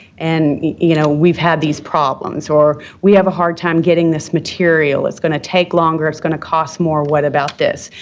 and, you know, we've had these problems. or, we have a hard time getting this material. it's going to take longer. it's going to cost more. what about this?